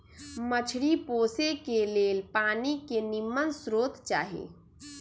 मछरी पोशे के लेल पानी के निम्मन स्रोत चाही